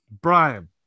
Brian